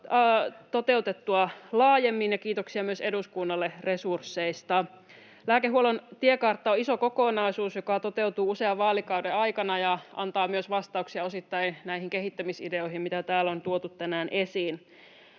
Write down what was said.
toteutettua laajemmin. Kiitoksia myös eduskunnalle resursseista. Lääkehuollon tiekartta on iso kokonaisuus, joka toteutuu usean vaalikauden aikana ja antaa osittain myös vastauksia näihin kehittämisideoihin, mitä täällä on tuotu tänään esiin.